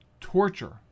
torture